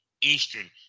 Eastern